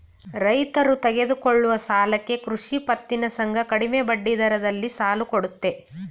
ರೈತರು ತೆಗೆದುಕೊಳ್ಳುವ ಸಾಲಕ್ಕೆ ಕೃಷಿ ಪತ್ತಿನ ಸಂಘ ಕಡಿಮೆ ಬಡ್ಡಿದರದಲ್ಲಿ ಸಾಲ ಕೊಡುತ್ತೆ